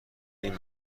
این